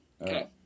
Okay